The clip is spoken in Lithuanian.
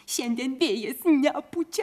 šiandien vėjas nepučia